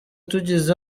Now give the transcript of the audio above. tugize